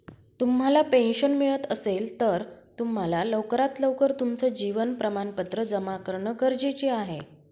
तुम्हाला पेन्शन मिळत असेल, तर तुम्हाला लवकरात लवकर तुमचं जीवन प्रमाणपत्र जमा करणं गरजेचे आहे